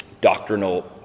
doctrinal